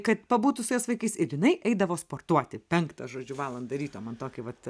kad pabūtų su jos vaikais ir jinai eidavo sportuoti penktą žodžiu valandą ryto man tokį vat